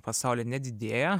pasauly nedidėja